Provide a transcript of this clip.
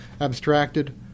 abstracted